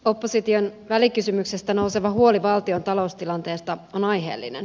opposition välikysymyksestä nouseva huoli valtion taloustilanteesta on aiheellinen